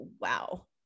wow